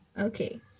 Okay